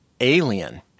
alien